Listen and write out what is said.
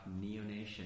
Neonation